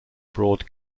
broad